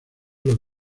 los